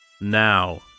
Now